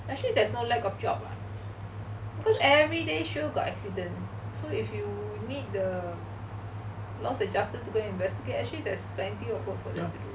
actually there's no lack of job [what] because everyday sure got accident so if you need the loss adjuster to go and investigate actually there's plenty of opening